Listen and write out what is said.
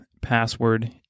password